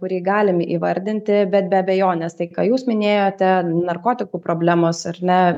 kurį galim įvardinti bet be abejonės tai ką jūs minėjote narkotikų problemos ar ne